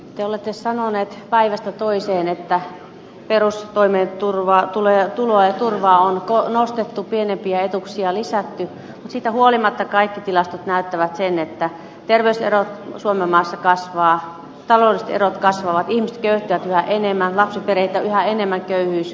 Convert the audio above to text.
te olette sanoneet päivästä toiseen että perustoimeentuloa ja turvaa on nostettu pienimpiä etuuksia lisätty mutta siitä huolimatta kaikki tilastot näyttävät sen että terveyserot suomenmaassa kasvavat taloudelliset erot kasvavat ihmiset köyhtyvät yhä enemmän lapsiperheitä on yhä enemmän köyhyysloukussa